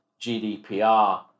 GDPR